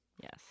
Yes